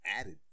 added